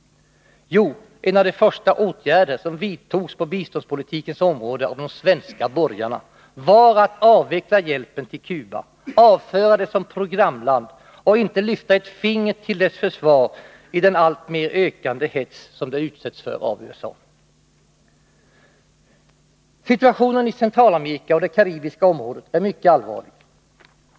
Jo, en av de första åtgärder som vidtogs på biståndspolitikens område av de svenska borgarna var att avveckla hjälpen till Cuba, avföra det som programland och inte lyfta ett finger till dess försvar i den alltmer ökande hets som landet utsätts för av USA. Situationen i Centralamerika och det karibiska området är mycket allvarlig.